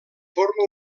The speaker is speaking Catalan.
forma